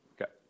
okay